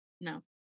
No